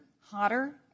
hotter